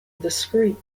discreet